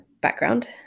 background